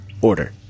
order